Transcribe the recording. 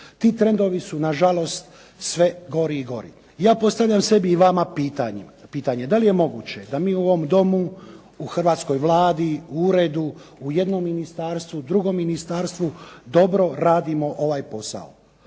Ti trendovi su nažalost sve gori i gori. Ja postavljam sebi i vama pitanje. Da li je moguće da mi u ovom Domu, u hrvatskoj Vladi, u uredu, u jednom ministarstvu, drugom ministarstvu dobro radimo ovaj posao?